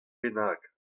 bennak